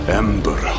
ember